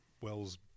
Wells